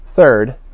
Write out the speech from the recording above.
Third